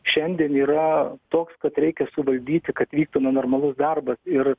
šiandien yra toks kad reikia suvaldyti kad vyktų na normalus darbas ir